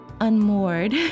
unmoored